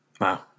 Wow